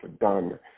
done